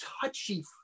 touchy